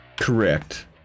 Correct